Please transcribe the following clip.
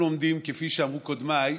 אנחנו עומדים, כפי שאמרו קודמיי,